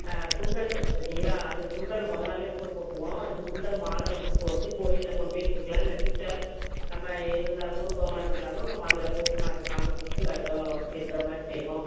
சுண்டல் இருக்குது பார்த்திங்களா அந்த சுண்டல் முதல் நாளே ஊற போட்டுருவோம் அந்த சுண்டல் மாலை வந்து போட்டு கோவில்ல கொண்டு போய் கொடுக்கலாம் இல்லை வீட்டில் நம்ம இருந்தால் குரு பகவான் இருந்தாலும் நம்ம அதில் போட்டு நாங்கள் சாமி கும்பிட்டு விரத இருக்கிற மாதிரி செய்வோம்